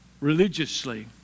religiously